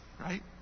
right